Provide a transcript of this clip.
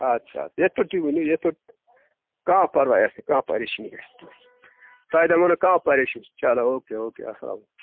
اَدٕسا ادٕسا یِتھ پٲٹھۍ تُہۍ ؤنِو یِتھ پٲٹھۍ کانٛہہ پرواے آسہِ نہٕ کانٛہہ پریشٲنی آسہِ نہٕ تۄہہِ دِمَو نہٕ کانٛہہ پریشٲنی چلو اوٚکے اوٚکے اَسلامُ علیکُم